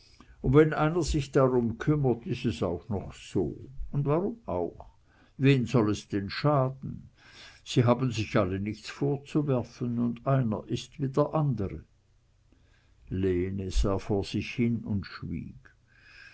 und wenn sich einer drum kümmert is es auch noch so und warum auch wen soll es denn schaden sie haben sich alle nichts vorzuwerfen und einer ist wie der andre lene sah vor sich hin und schwieg